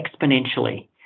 exponentially